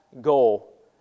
goal